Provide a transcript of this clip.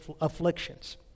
afflictions